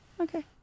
Okay